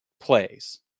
plays